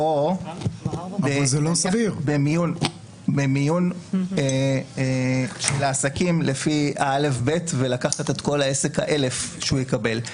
או במיון של העסקים לפי הא'-ב' ולקחת את כל העסק האלף שהוא יקבל.